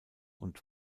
und